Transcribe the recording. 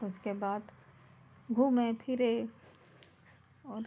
उसके बाद घूमे फिरे और